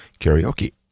karaoke